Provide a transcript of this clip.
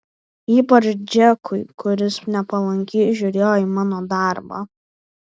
ypač džekui kuris nepalankiai žiūrėjo į mano darbą